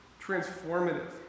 transformative